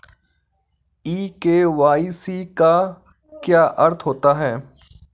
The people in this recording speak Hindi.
ई के.वाई.सी का क्या अर्थ होता है?